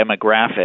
demographic